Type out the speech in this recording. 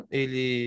ele